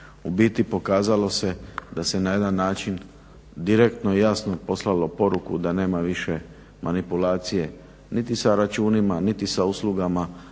u biti pokazalo se da se na jedan način direktno i jasno poslalo poruku da nema više manipulacije niti sa računima, niti sa uslugama